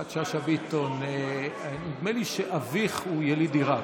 יפעת שאשא ביטון, נדמה לי שאביך הוא יליד עיראק.